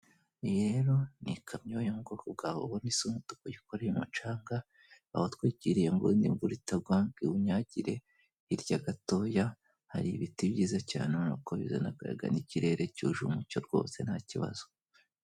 Iyi rero ni ikamyo yo mu bwoko bwa hoho isa umutuku yikoreye umucanga, bawutwikiriye ngo imvura itagwa ngo iwunyagire hirya gatoya hari ibiti byiza cyane ubona ko bizana akayaga n'ikirere cyuje umucyo ntakibazo.